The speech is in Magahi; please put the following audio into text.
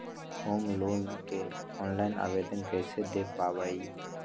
होम लोन के ऑनलाइन आवेदन कैसे दें पवई?